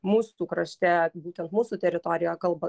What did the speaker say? mūsų krašte būtent mūsų teritorijoje kalba